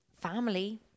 family